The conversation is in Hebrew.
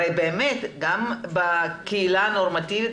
הרי באמת גם בקהילה הנורמטיבית,